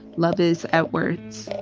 loveis edwards,